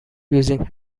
using